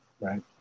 right